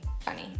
funny